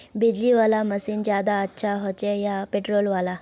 बिजली वाला मशीन ज्यादा अच्छा होचे या पेट्रोल वाला?